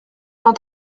vingt